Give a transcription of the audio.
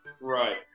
Right